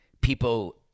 people